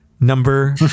number